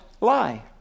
lie